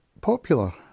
popular